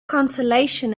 consolation